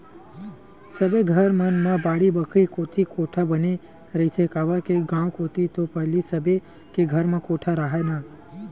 सबे घर मन म बाड़ी बखरी कोती कोठा बने रहिथे, काबर के गाँव कोती तो पहिली सबे के घर म कोठा राहय ना